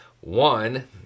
One